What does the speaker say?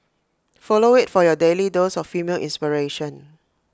follow IT for your daily dose of female inspiration